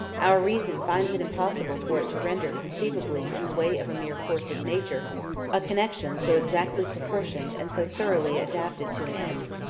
our reason finds it impossible for it to render conceivable in the way of a mere course of nature a connection so exactly proportioned and so thoroughly adapted to an end,